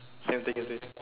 same thing is it